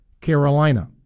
Carolina